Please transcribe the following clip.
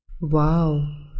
Wow